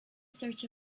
search